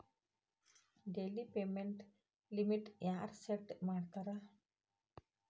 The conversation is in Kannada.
ಡೆಲಿ ಪೇಮೆಂಟ್ ಲಿಮಿಟ್ನ ಯಾರ್ ಸೆಟ್ ಮಾಡ್ತಾರಾ